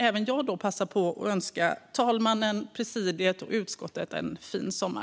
Även jag vill passa på att önska talmannen, presidiet och utskottet en fin sommar.